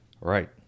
Right